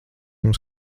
jums